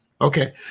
Okay